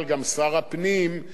אם מרחיבים את השאלה שלך,